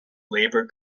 labour